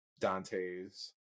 Dante's